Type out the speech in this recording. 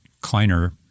Kleiner